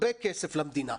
הרבה כסף למדינה,